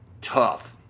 tough